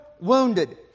wounded